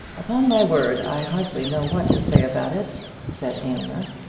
upon my word, i hardly know what to say about it, said aylmer.